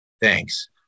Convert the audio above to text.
thanks